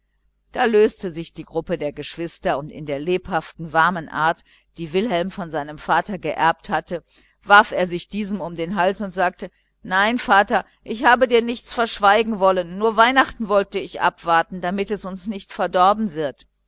da löste sich die gruppe der geschwister und in der lebhaften warmen art die wilhelm von seinem vater geerbt hatte warf er sich diesem um den hals und sagte nein vater ich habe dir nichts verschweigen wollen nur weihnachten wollte ich abwarten damit es uns nicht verdorben wird